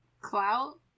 Clout